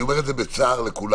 אני אומר את זה בצער לכולם.